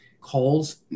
calls